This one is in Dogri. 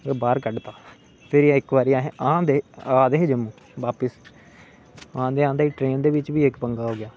बाहर कड्ढ दित्ता फिरी इक बारी अस आ दे हे जम्मू बापस आंदे आंदे ट्रैन दे बिच बी इक पंगा हो गेआ